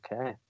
Okay